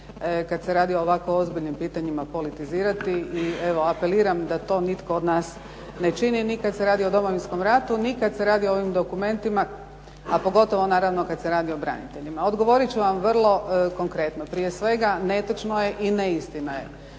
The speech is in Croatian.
kad se radi o ovako ozbiljnim pitanjima, politizirati i evo apeliram da to nitko od nas ne čini ni kad se radi o Domovinskom ratu ni kad se radi o ovim dokumentima, a pogotovo naravno kad se radi o braniteljima. Odgovorit ću vam vrlo konkretno. Prije svega, netočno je i neistina je